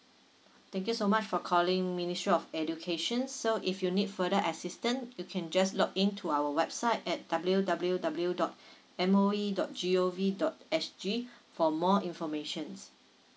thank you so much for calling ministry of education so if you need further assistance you can just log into our website at W W W dot M O E dot G O V dot S G for more informations